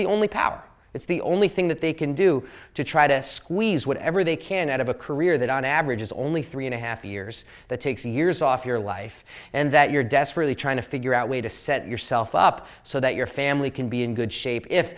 the only power it's the only thing that they can do to try to squeeze whatever they can out of a career that on average is only three and a half years that takes years off your life and that you're desperately trying to figure out way to set yourself up so that your family can be in good shape if